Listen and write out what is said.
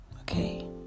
Okay